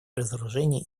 разоружения